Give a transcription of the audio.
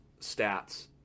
stats